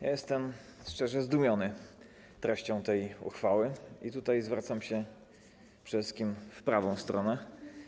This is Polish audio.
Ja jestem szczerze zdumiony treścią tej uchwały i tutaj zwracam się przede wszystkim w prawą stronę.